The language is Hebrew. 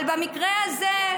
אבל במקרה הזה,